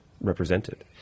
Represented